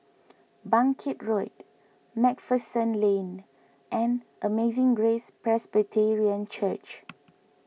Bangkit Road MacPherson Lane and Amazing Grace Presbyterian Church